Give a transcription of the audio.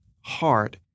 heart